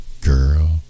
Girl